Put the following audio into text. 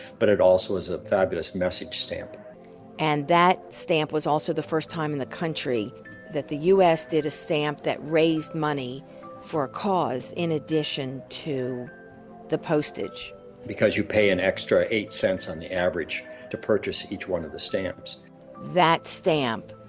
but it also is a fabulous message stamp and that stamp was also the first time in the country that the us did a stamp that raised money for a cause in addition to the postage because you pay an extra eight cents on average to purchase each one of the stamps that stamp,